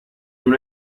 non